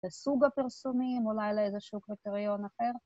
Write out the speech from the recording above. לסוג הפרסומים, אולי לאיזשהו קריטריון אחר.